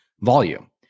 volume